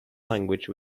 language